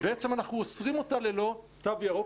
בעצם אנחנו אוסרים אותה ללא תו ירוק.